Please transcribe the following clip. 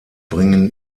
bringen